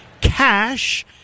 cash